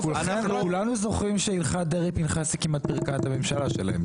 כולנו זוכרים שהלכת דרעי-פנחסי כמעט פירקה את הממשלה שלהם.